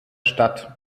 stadt